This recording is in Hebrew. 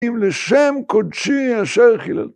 ‫אם לשם קודשי אשר חילל.